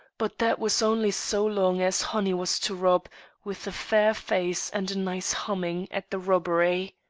but that was only so long as honey was to rob with a fair face and a nice humming at the robbery.